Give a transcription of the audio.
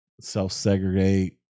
self-segregate